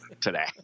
today